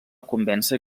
convèncer